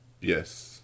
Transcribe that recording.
Yes